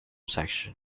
section